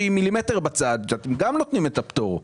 מילימטר בצעד; אתם גם נותנים את הפטור.